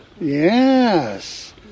Yes